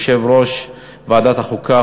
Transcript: יושב-ראש ועדת החוקה,